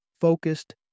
focused